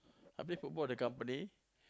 I play football the company